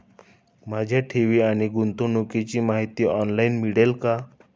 माझ्या ठेवी आणि गुंतवणुकीची माहिती ऑनलाइन मिळेल का?